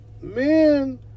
men